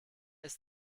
ist